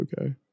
okay